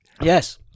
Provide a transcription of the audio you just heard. Yes